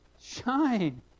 shine